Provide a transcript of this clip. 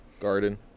Garden